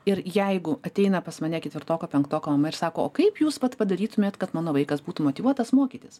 ir jeigu ateina pas mane ketvirtoko penktoko mama ir sako o kaip jūs vat padarytumėt kad mano vaikas būtų motyvuotas mokytis